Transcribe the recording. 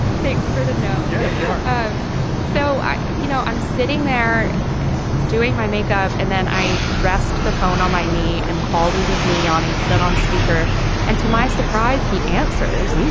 thanks for the no yeah um so you know i'm sitting there doing my makeup and then i rest the phone on my knee and call rudy giuliani put it on speaker and to my surprise he answers.